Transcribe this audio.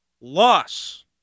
loss